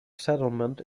settlement